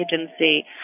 agency